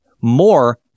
more